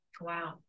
wow